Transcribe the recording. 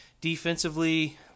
Defensively